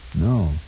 No